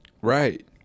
Right